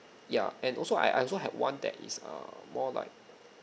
ya and also I I also have one that is err more like